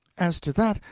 as to that,